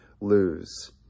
lose